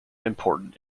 important